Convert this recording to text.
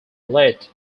led